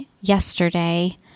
yesterday